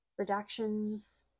redactions